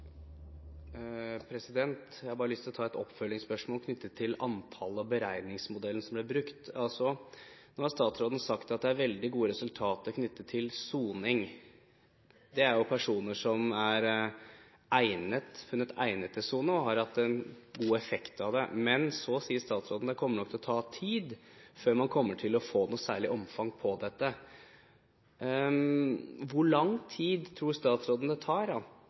nøye. Jeg har bare lyst til å stille et oppfølgingsspørsmål knyttet til antallet og beregningsmodellen som ble brukt. Nå har statsråden sagt at det er veldig gode resultater knyttet til soning – det er jo personer som er funnet egnet til å sone, og som har hatt en god effekt av det. Men så sier statsråden at det nok kommer til å ta tid før man får noe særlig omfang av dette. Hvor lang tid tror statsråden det tar,